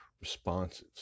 responses